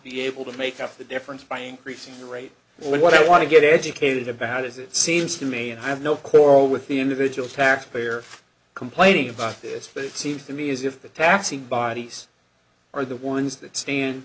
be able to make up the difference by increasing the rate but what i want to get educated about is it seems to me and i have no quarrel with the individual tax payer complaining about this but it seems to me as if the taxing bodies are the ones that stand